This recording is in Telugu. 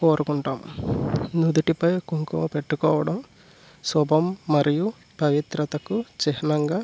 కోరుకుంటాం నుదుటిపై కుంకుమ పెట్టుకోవడం శుభం మరియు పవిత్రతకు చిహ్నంగా